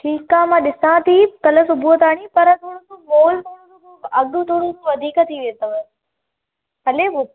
ठीकु आहे मां ॾिसां थी कल्ह सुबुह ताईं पर थोरो सो अघु थोरो वधीक थी वेंदव हलेव